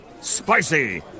Spicy